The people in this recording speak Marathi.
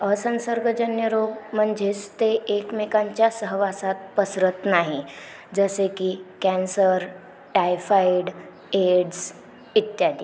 असंसर्गजन्य रोग म्हणजेच ते एकमेकांच्या सहवासात पसरत नाही जसे की कॅन्सर टायफाईड एड्स इत्यादी